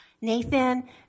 Nathan